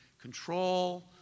control